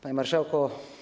Panie Marszałku!